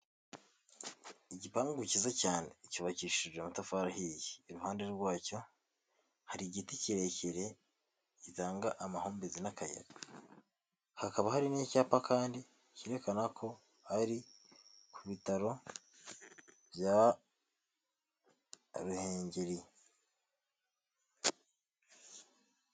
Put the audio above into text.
Igipangu cyiza cyane cyubakishije amatafari ahiye iruhande rwacyo hari igiti kirekire gitanga amahumbezi n'akayaga, hakaba hari n'icyapa kandi cyerekana ko ari ku bitaro bya Ruhengeri.